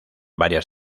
varias